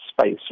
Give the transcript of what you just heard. space